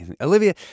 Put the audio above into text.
Olivia